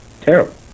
terrible